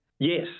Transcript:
Yes